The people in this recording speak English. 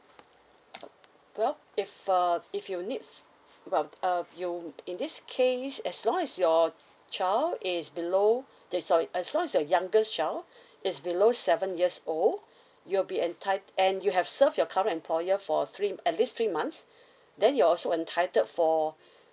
well if uh if you need f~ well uh you in this case as long as your child is below the sorry as long as your youngest child is below seven years old you will be enti~ and you have served your current employer for three at least three months then you also entitled for